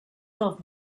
off